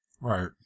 Right